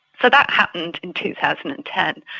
so that happened in two thousand and ten.